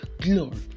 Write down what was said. glory